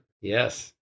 Yes